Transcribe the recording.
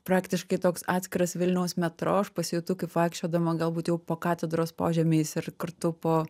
praktiškai toks atskiras vilniaus metro aš pasijutau kaip vaikščiodama galbūt jau po katedros požemiais ir kartu po